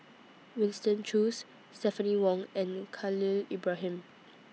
Winston Choos Stephanie Wong and Khalil Ibrahim